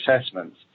assessments